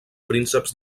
prínceps